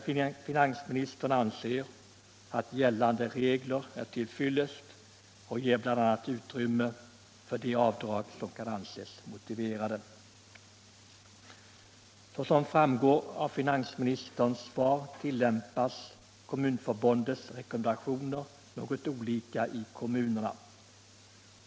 Finansministern anser att gällande regler är till fyllest och ger bl.a. utrymme för de avdrag som kan anses motiverade. Såsom framgår av finansministerns svar tillämpas Kommunförbundets rekommendationer något olika i kommunerna.